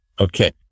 Okay